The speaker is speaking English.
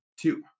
Two